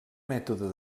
mètode